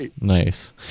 Nice